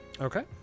okay